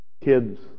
kids